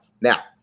Now